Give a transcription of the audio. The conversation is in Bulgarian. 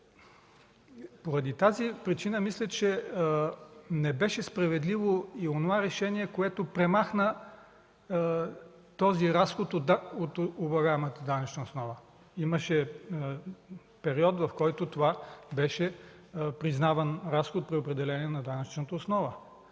Поради тази причина мисля, че не беше справедливо и онова решение, което премахна този разход от облагаемата данъчна основа. Имаше период, в който това беше признат разход при определяне на данъчната основа.